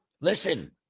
Listen